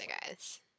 guys